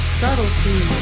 subtlety